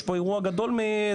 יש פה אירוע יותר גדול ממלחמה,